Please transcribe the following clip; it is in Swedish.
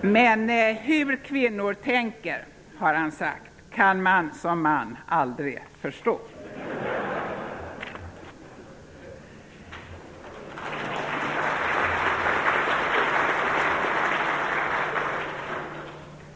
Men hur kvinnor tänker -- har han sagt -- kan man, som man, aldrig förstå.